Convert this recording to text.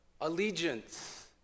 allegiance